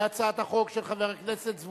אני קובע שהצעת החוק של חברת הכנסת מרינה